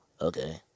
okay